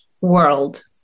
world